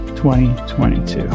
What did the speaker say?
2022